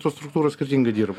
tos struktūros skirtingai dirba